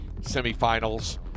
semifinals